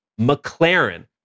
McLaren